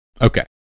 Okay